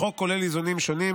החוק כולל איזונים שונים,